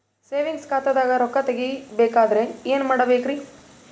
Savings ಖಾತಾದಾಗ ರೊಕ್ಕ ತೇಗಿ ಬೇಕಾದರ ಏನ ಮಾಡಬೇಕರಿ?